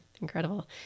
Incredible